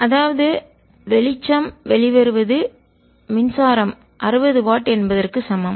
அதாவது வெளிச்சம் வெளிவருவது மின்சாரம் அறுபது வாட் என்பதற்கு சமம்